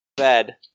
bed